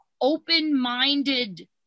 open-minded